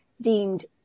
deemed